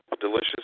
delicious